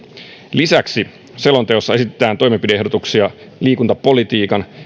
lisäksi selonteossa esitetään toimenpide ehdotuksia liikuntapolitiikan